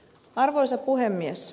arvoisa puhemies